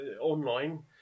online